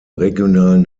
regionalen